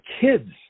kids